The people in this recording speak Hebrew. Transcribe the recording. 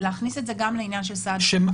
להכניס את זה גם לעניין של סעד דחוף.